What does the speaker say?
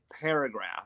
paragraph